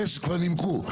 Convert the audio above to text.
כבר נימקו.